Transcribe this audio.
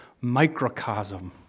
microcosm